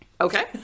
Okay